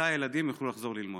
מתי הילדים יוכלו לחזור ללמוד?